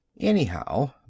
Anyhow